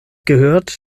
gehört